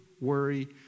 worry